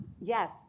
Yes